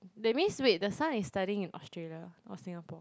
that means wait the son is studying in Australia or Singapore